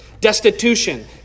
destitution